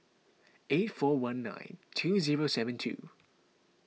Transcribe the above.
eight four one night two zero seven two